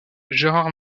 gérard